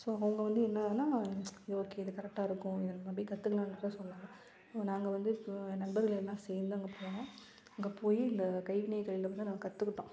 so அவங்க வந்து என்னென்னால் இது ஓகே இது கரெக்டாக இருக்கும் இதனை நம்பி கற்றுதுக்கலான்னு தான் சொன்னாங்க நாங்கள் வந்து இப்போது நண்பர்கள் எல்லாம் சேர்ந்து அங்கே போனோம் அங்கே போய் இந்த கைவினைகள்லிருந்து தான் நாங்கள் கற்றுக்கிட்டோம்